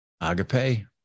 agape